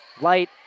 Light